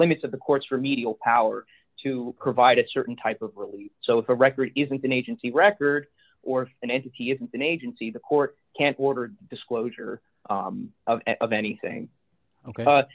limits of the court's remedial power to provide a certain type of relief so if a record isn't an agency record or an entity isn't an agency the court can't order disclosure of anything